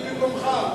במקומך.